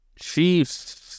Chiefs